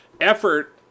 effort